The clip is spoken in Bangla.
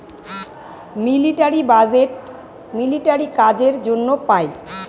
মিলিটারি বাজেট মিলিটারি কাজের জন্য পাই